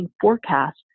forecast